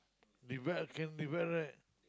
devel can devel right